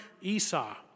Esau